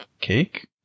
cake